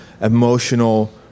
emotional